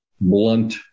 blunt